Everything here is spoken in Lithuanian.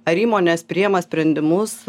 ar įmonės priima sprendimus